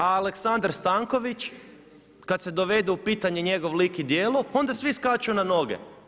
A Aleksandar Stanković, kad se dovede u pitanje njegov lik i djelo, onda svi skaču na noge.